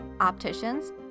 opticians